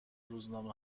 روزنامه